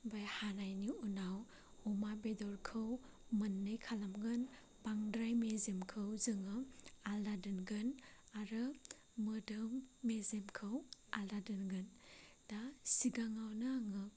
ओमफ्राय हानायनि उनाव अमा बेदरखौ मोननै खालामगोन बांद्राय मेजेमखौ जोङो आलदा दोनगोन आरो मोदोम मेजेमखौ आलदा दोनगोन दा सिगाङानो आङो